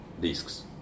risks